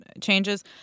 changes